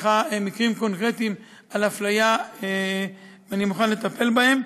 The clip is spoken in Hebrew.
לך מקרים קונקרטיים על אפליה, אני מוכן לטפל בהם.